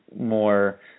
more